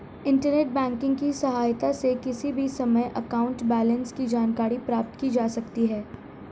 internet banking की सहायता से किसी भी समय अकाउंट बैलेंस की जानकारी प्राप्त की जा सकती है